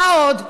מה עוד?